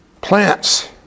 plants